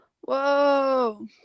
Whoa